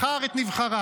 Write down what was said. בחר את נבחריו,